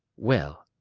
well,